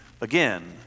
again